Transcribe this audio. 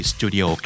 Studio